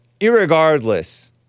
irregardless